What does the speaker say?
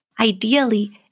Ideally